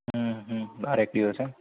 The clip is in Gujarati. હમ હમ બારેક દિવસ એમ